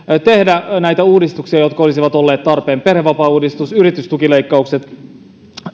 tehdä näitä uudistuksia jotka olisivat olleet tarpeen perhevapaauudistus yritystukileikkaukset